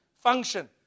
Function